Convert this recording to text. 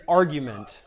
argument